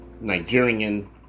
Nigerian